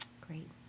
Great